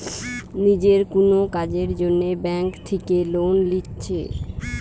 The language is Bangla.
নিজের কুনো কাজের জন্যে ব্যাংক থিকে লোন লিচ্ছে